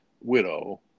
widow